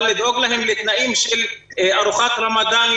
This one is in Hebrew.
אבל לדאוג להם לתנאים של ארוחת רמדאן,